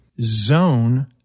Zone